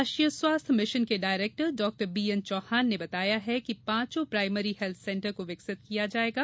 राष्ट्रीय स्वास्थ्य मिशन के डायरेक्टर डॉ बीएन चौहान ने बताया है कि पांचों प्राइमरी हेल्थ सेंटर को विकसित किया जायेगा